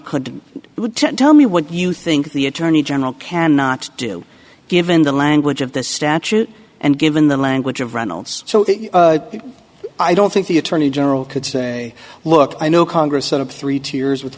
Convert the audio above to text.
would tell me what you think the attorney general cannot do given the language of the statute and given the language of reynolds so i don't think the attorney general could say look i know congress set up three two years with